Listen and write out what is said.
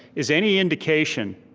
is any indication,